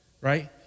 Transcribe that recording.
right